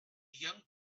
young